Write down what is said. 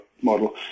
model